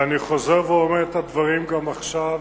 ואני חוזר ואומר את הדברים גם עכשיו.